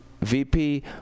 VP